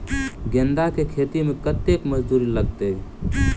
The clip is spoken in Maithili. गेंदा केँ खेती मे कतेक मजदूरी लगतैक?